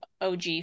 OG